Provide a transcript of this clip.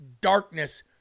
darkness